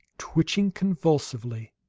twitching convulsively